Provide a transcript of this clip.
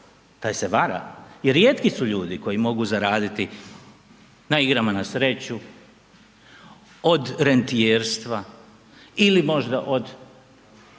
taj se vara i rijetki su ljudi koji mogu zaraditi na igrama na sreću, od rentijerstva ili možda od